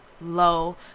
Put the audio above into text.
low